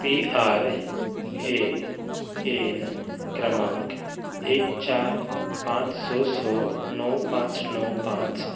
P R A N क्रमांक एक चार पांच स स णव पांच णव पांच